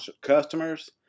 customers